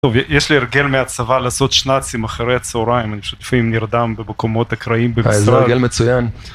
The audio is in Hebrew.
טוב, יש לי הרגל מהצבא לעשות שנאצים אחרי הצהריים, אני פשוט נרדם בבקומות הקרעים במשרד. איזה הרגל מצוין.